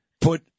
put